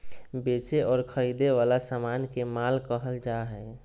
बेचे और खरीदे वला समान के माल कहल जा हइ